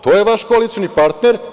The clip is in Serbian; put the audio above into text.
To je vaš koalicioni partner.